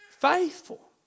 Faithful